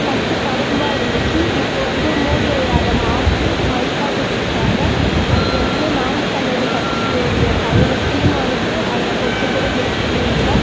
first கரும்பாக இருந்துச்சு இப்போது வந்து மோடி ஐயா அதை மாற்றி மைக்காக கொடுத்துருக்காங்க அது வந்து நாம் தமிழன் கட்சியுடைய தலைவர் சீமானுக்கு அதில் கொஞ்சம் கூட விருப்பமே இல்லை